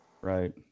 Right